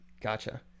Gotcha